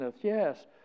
Yes